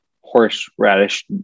horseradish